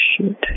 Shoot